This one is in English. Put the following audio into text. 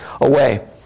away